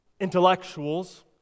intellectuals